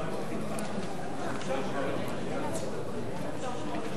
סיעות רע"ם-תע"ל חד"ש